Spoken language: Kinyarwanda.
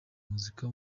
muzika